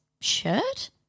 shirt